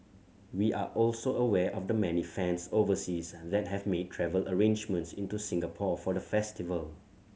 we are also aware of the many fans overseas that have made travel arrangements into Singapore for the festival